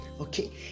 okay